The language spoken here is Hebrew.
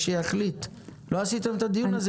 שוטף פלוס 60. עכשיו המיקוד הוא במערכת הבריאות.